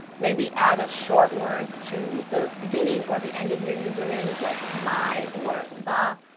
maybe add a short word to the beginning or the end of your username like my or the,